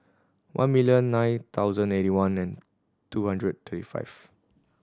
one million nine thousand eighty one and two hundred thirty five